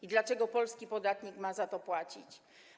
I dlaczego polski podatnik ma za to płacić?